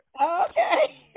Okay